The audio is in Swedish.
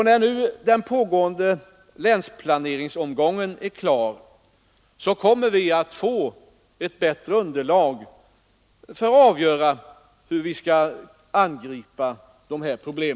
När den pågående länsplaneringsomgången är klar, kommer vi att få ett bättre underlag för att avgöra hur vi skall angripa dessa problem.